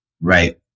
right